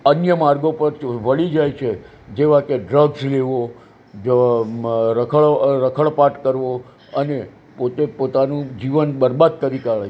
અન્ય માર્ગો પર વળી જાય છે જેવા કે ડ્રગ્સ લેવો રખડપાટ કરો અને પોતે પોતાનું જીવન બરબાદ કરી કાઢે છે